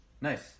Nice